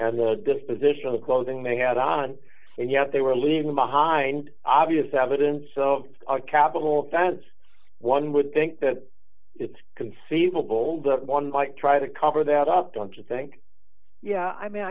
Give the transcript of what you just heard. and the disposition of the clothing they had on and yet they were leaving behind obvious evidence so our capital that's one would think that it's conceivable that one might try to cover that up don't you think yeah i mean